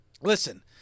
listen